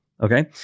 Okay